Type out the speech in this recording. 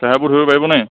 চেহেৰাবোৰ ধৰিব পাৰিবনে